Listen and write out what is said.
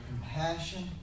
compassion